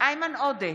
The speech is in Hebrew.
איימן עודה,